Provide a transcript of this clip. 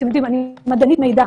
אתם יודעים, אני מדענית מידע.